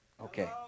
Okay